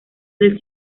del